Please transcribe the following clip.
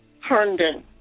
Herndon